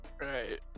right